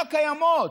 לא קיימות.